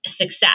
success